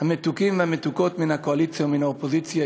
המתוקים והמתוקות מן הקואליציה ומן האופוזיציה,